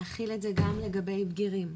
להחיל את זה גם לגבי בגירים.